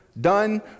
done